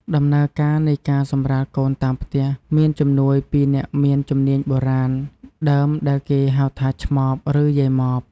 ដំណើរការនៃការសម្រាលកូនតាមផ្ទះ មានជំនួយមកពីអ្នកមានជំនាញបុរាណដើមដែលគេហៅថា ឆ្មប ឬ យាយម៉ប។